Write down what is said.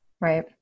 Right